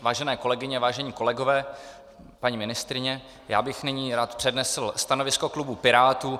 Vážené kolegyně, vážení kolegové, paní ministryně, já bych nyní rád přednesl stanovisko klubu Pirátů.